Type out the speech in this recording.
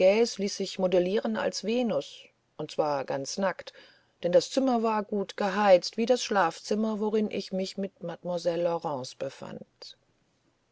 ließ sich moulieren als venus und zwar ganz nackt denn das zimmer war gut geheizt wie das schlafzimmer worin ich mich mit mademoiselle laurence befand